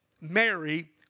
Mary